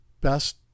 best